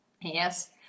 Yes